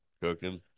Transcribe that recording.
Cooking